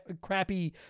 crappy